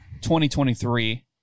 2023